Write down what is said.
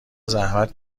زحمت